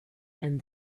and